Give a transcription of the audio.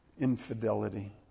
infidelity